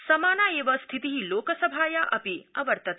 समाना एव स्थिति लोकसभाया अपि अवर्तत